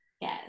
yes